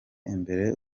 imbere